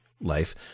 life